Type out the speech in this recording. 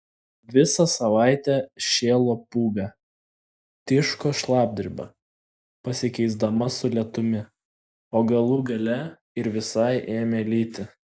visą savaitę šėlo pūga tiško šlapdriba pasikeisdama su lietumi o galų gale ir visai ėmė lyti